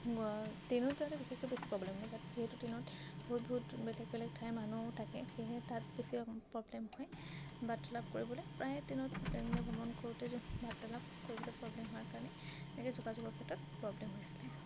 ট্ৰেইনত যাওঁতে বিশেষকৈ বেছি প্ৰব্লেম হয় যিহেতু ট্ৰেইনত বহুত বহুত বেলেগ বেলেগ ঠাইৰ মানুহ থাকে সেয়েহে তাত বেছি প্ৰব্লেম হয় বাৰ্তালাপ কৰিবলৈ প্ৰায় ট্ৰেইনত ভ্ৰমণ কৰোঁতে যে বাৰ্তালাপ কৰিবলৈ প্ৰব্লেম হোৱাৰ কাৰণে এনেকৈ যোগাযোগৰ ক্ষেত্ৰত প্ৰব্লেম হৈছিলে